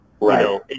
Right